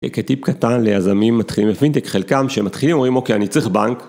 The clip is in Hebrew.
וכטיפ קטן ליזמים מתחילים בפינטק, חלקם כשהם מתחילים, אומרים "אוקיי, אני צריך בנק"